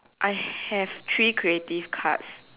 I have three creative cards